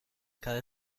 cada